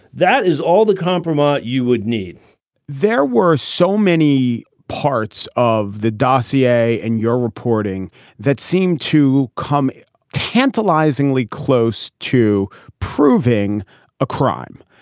that is all the compromise you would need there were so many parts of the dossier and your reporting that seemed to come tantalizingly close to proving a crime.